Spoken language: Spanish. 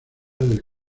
del